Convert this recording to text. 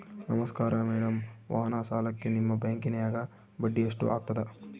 ನಮಸ್ಕಾರ ಮೇಡಂ ವಾಹನ ಸಾಲಕ್ಕೆ ನಿಮ್ಮ ಬ್ಯಾಂಕಿನ್ಯಾಗ ಬಡ್ಡಿ ಎಷ್ಟು ಆಗ್ತದ?